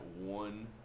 one